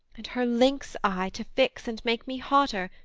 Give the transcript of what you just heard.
and her lynx eye to fix and make me hotter,